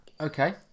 okay